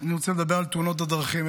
אני רוצה לדבר על תאונות הדרכים.